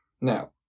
Now